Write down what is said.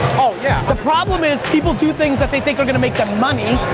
oh yeah. the problem is people do things that they think are gonna make them money,